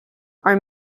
are